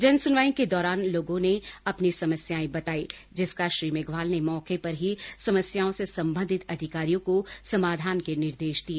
जनसुनवाई के दौरान लोगों ने अपनी समस्याएं बताई जिसका श्री मेघवाल ने मौके पर ही समस्याओं से सम्बन्धित अधिकारियों को समाधान के निर्देश दिए